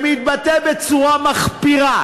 שמתבטא בצורה מחפירה,